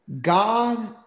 God